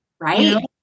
Right